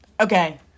Okay